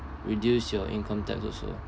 reduce your income tax also